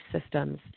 systems